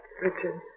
Richard